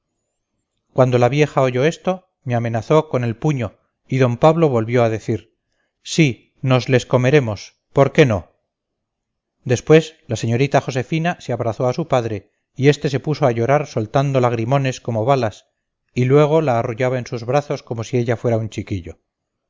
cuando la vieja oyó esto me amenazó con el puño y d pablo volvió a decir sí nos les comeremos por qué no después la señorita josefina se abrazó a su padre y este se puso a llorar soltando lagrimones como balas y luego la arrullaba en sus brazos como si ella fuera un chiquillo